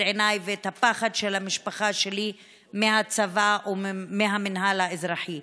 עיניי ואת הפחד של המשפחה שלי מהצבא ומהמינהל האזרחי.